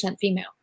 female